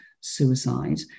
suicide